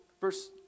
Verse